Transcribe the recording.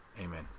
amen